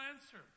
answer